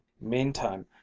Meantime